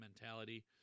mentality